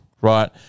right